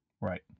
Right